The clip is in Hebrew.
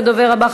הדובר הבא,